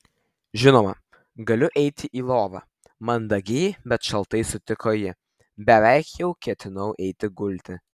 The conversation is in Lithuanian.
žinoma galiu eiti į lovą mandagiai bet šaltai sutiko ji beveik jau ketinau eiti gulti